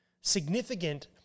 significant